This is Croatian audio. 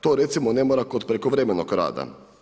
To recimo ne mora kod prekovremenog rada.